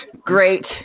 Great